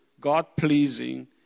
God-pleasing